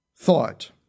thought